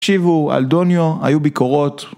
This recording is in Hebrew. תקשיבו על דוניו, היו ביקורות.